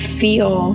feel